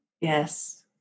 Yes